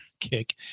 kick